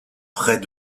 près